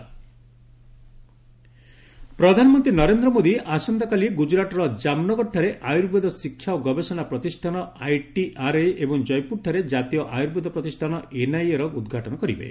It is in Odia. ପିଏମ୍ ଆୟୁର୍ବେଦ ପ୍ରଧାନମନ୍ତ୍ରୀ ନରେନ୍ଦ୍ର ମୋଦୀ ଆସନ୍ତାକାଲି ଗ୍ରଜରାତର ଜାମନଗରଠାରେ ଆୟୁର୍ବେଦ ଶିକ୍ଷା ଓ ଗବେଷଣା ପ୍ରତିଷ୍ଠାନ ଆଇଟିଆର୍ଏ ଏବଂ ଜୟପୁରଠାରେ ଜାତୀୟ ଆୟୁର୍ବେଦ ପ୍ରତିଷ୍ଠାନ ଏନ୍ଆଇଏର ଉଦ୍ଘାଟନ କରିବେ